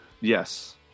Yes